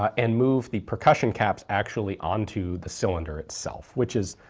and move the percussion caps actually on to the cylinder itself, which is.